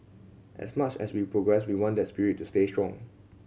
as much as we progress we want that spirit to stay strong